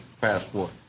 passport